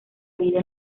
vida